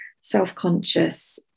self-conscious